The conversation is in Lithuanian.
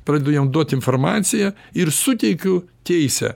pradedu jam duot informaciją ir suteikiu teisę